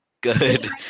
Good